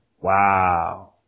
Wow